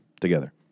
together